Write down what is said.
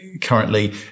currently